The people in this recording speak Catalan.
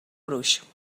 gruix